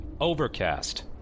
Overcast